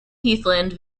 heathland